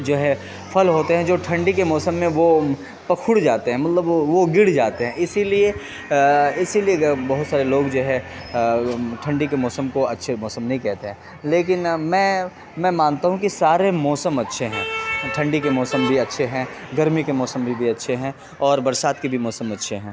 جو ہے پھل ہوتے ہیں جو ٹھنڈی کے موسم میں وہ پکھڑ جاتے ہیں مطلب وہ گڑ جاتے ہیں اسی لیے اسی لیے بہت سارے لوگ جو ہے ٹھنڈی کے موسم کو اچھے موسم نہیں کہتے ہیں لیکن میں میں مانتا ہوں کہ سارے موسم اچھے ہیں ٹھنڈی کے موسم بھی اچھے ہیں گرمی کے موسم بھی بھی اچھے ہیں اور برسات کے بھی موسم اچھے ہیں